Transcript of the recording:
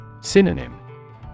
Synonym